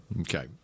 Okay